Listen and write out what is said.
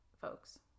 folks